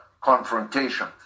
confrontation